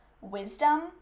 wisdom